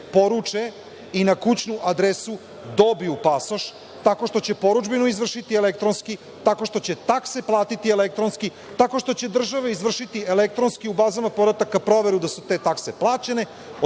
i na kućnu adresu dobiju pasoš, tako što će porudžbinu izvršiti elektronski, tako što će takse platiti elektronski, tako što će država izvršiti elektronski u bazama podataka proveru da su te takse plaćene,